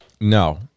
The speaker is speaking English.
No